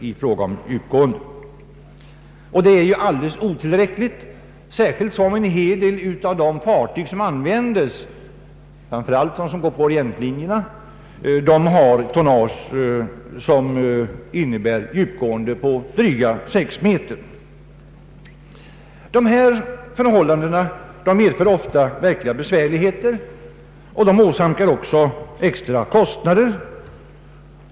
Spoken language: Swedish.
Detta är alldeles otillräckligt, särskilt som en hel del av de fartyg som används — framför allt de som går på Orientlinjerna — har tonnage som kräver ett djup på drygt 6 meter. Dessa förhållanden medför ofta verkliga besvärligheter. De orsakar också extra kostnader.